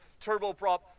turboprop